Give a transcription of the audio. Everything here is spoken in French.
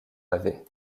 ave